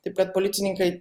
taip kad policininkai